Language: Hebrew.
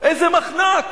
איזה מחנק.